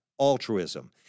altruism